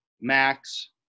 Max